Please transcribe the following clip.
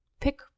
Pick